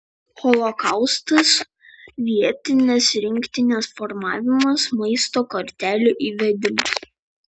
holokaustas vietinės rinktinės formavimas maisto kortelių įvedimas